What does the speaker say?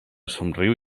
somriu